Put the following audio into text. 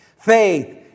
Faith